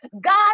God